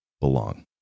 belong